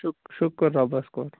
شُک شُکُر رۄبس کُن